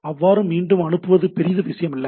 அவ்வாறு மீண்டும் அனுப்புவது பெரிய விஷயமல்ல